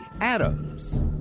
Adams